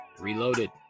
reloaded